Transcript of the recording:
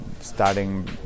starting